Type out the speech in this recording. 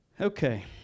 Okay